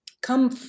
come